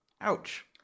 Ouch